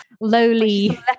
lowly